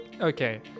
okay